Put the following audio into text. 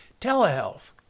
telehealth